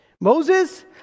Moses